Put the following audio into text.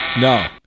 No